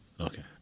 Okay